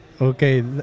Okay